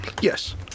Yes